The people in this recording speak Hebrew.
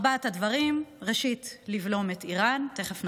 ארבעת הדברים: ראשית, לבלום את איראן, תכף נרחיב.